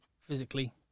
physically